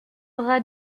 aura